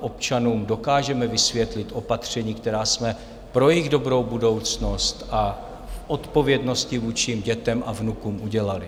občanům dokážeme vysvětlit opatření, která jsme pro jejich dobrou budoucnost a v odpovědnosti vůči dětem a vnukům udělali.